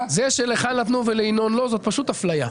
זה שלך נתנו ולינון לא זו פשוט אפליה.